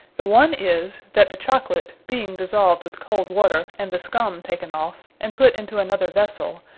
the one is, that the chocolate, being dissolved with cold water, and the scumme taken off, and put into another vessell,